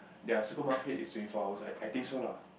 their supermarket is twenty four hours also I think so lah